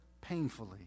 painfully